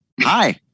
Hi